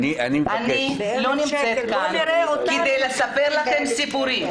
אני לא נמצאת כאן כדי לספר לכם סיפורים